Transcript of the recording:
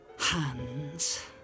Hands